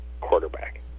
quarterback